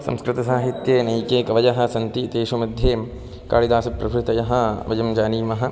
संस्कृतसाहित्ये नैके कवयः सन्ति तेषां मध्ये कालिदासप्रभृतयः वयं जानीमः